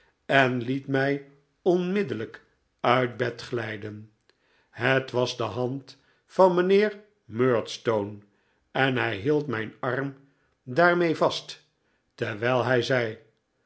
en liet mij onmiddellijk uit het bed glijden het was de hand van mijnheer murdstone en hij hield mijn arm daar vast terwijl hij zei